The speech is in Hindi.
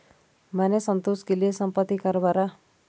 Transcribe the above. मैंने संतोष के लिए संपत्ति कर भरा